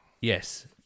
yes